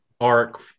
arc